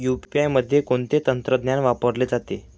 UPI मध्ये कोणते तंत्रज्ञान वापरले जाते?